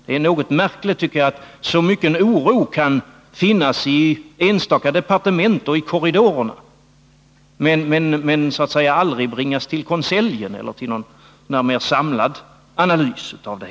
Det är märkligt att så mycken oro kan finnas i enstaka departement och korridorer utan att resultera i att ärendet tas upp i konseljen eller till någon mera samlad analys.